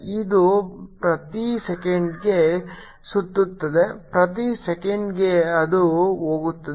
ಇದು ಪ್ರತಿ ಸೆಕೆಂಡಿಗೆ ಸುತ್ತುತ್ತದೆ ಪ್ರತಿ ಸೆಕೆಂಡಿಗೆ ಅದು ಹೋಗುತ್ತದೆ